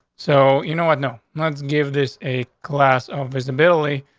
so you know what? no. let's give this a class of visibility.